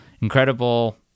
incredible